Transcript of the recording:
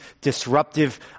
disruptive